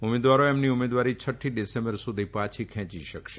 ઉમેદવારો તેમની ઉમેદવારી છઠ્ઠી ડિસેમ્બર સુધી પાછી ખેંચી શકશે